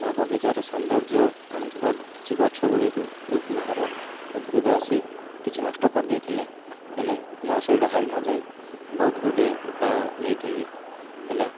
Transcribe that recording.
ମୋ ବଗିଚାରେ ସୌନ୍ଦର୍ଯ୍ୟ ଆଣୁଥିବା କିଛି ଗଛ ଗୁଡ଼ିକୁ ବହୁତ ବାହାର ଉଦ୍ଭିଦ ଆସି କିଛି ନଷ୍ଟ କରିଦେଇଥିଲେ ହେଲେ ମୁଁ ସେଇଟା ହାରି ନଯାଇ ବହୁତ ଗୋଟିଏ ଉପାୟ ନେଇଥିଲି ହେଲେ